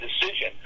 decision